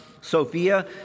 Sophia